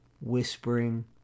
whispering